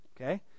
okay